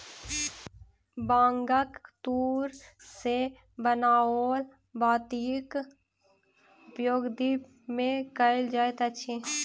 बांगक तूर सॅ बनाओल बातीक उपयोग दीप मे कयल जाइत अछि